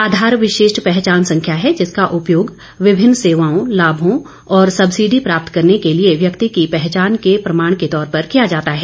आधार विशिष्ट पहचान संख्या है जिसका उपयोग विभिन्न सेवाओं लाभों और सब्सिडी प्राप्त करने के लिए व्यक्ति की पहचान के प्रमाण के तौर पर किया जाता है